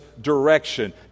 direction